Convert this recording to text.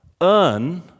earn